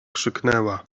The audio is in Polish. krzyknęła